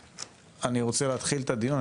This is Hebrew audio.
אני רוצה להתחיל את הדיון,